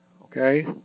Okay